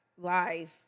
life